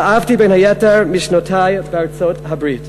שאבתי בין היתר משנותי בארצות-הברית.